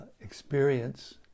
Experience